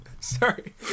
sorry